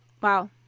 wow